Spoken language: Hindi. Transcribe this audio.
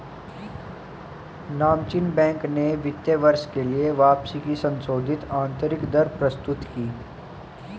नामचीन बैंक ने इस वित्त वर्ष के लिए वापसी की संशोधित आंतरिक दर प्रस्तुत की